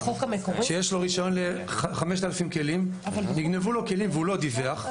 שיש לו רישיון ל-5,000 כלים - נגנבו לו כלים והוא לא דיווח,